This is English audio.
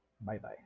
Bye-bye